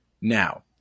now